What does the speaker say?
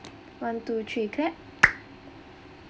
one two three clap